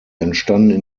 entstanden